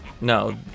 No